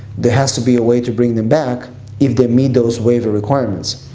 there has to be a way to bring them back if they meet those waiver requirements.